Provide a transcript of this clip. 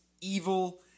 evil